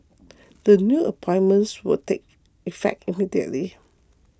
the new appointments will take effect immediately